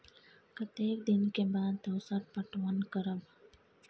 कतेक दिन के बाद दोसर पटवन करब?